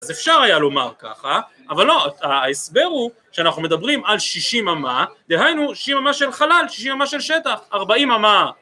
אז אפשר היה לומר ככה, אבל לא, ההסבר הוא שאנחנו מדברים על שישים אמה, דהיינו שישים אמה של חלל, שישים אמה של שטח, ארבעים אמה